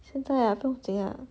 现在 ah 不用紧 ah